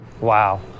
Wow